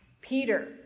Peter